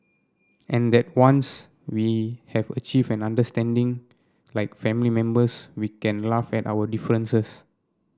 and that once we have achieved an understanding like family members we can laugh at our differences